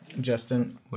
Justin